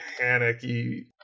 panicky